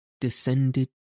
descended